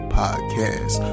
Podcast